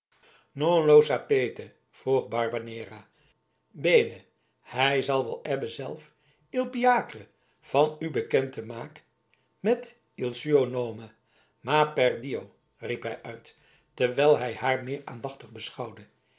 sapete vroeg barbanera bene hij zal wil ebbe self il piacere van u bekend te maak met il suo nome ma per dio riep hij uit terwijl hij haar meer aandachtig beschouwde